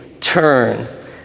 turn